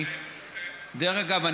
אגב,